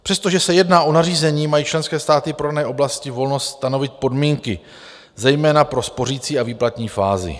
Přestože se jedná o nařízení, mají členské státy pro dané oblasti volnost stanovit podmínky, zejména pro spořicí a výplatní fázi.